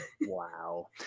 Wow